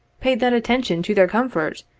paid that attention to their comfort,